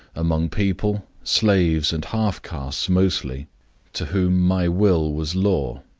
among people slaves and half-castes mostly to whom my will was law.